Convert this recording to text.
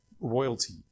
royalty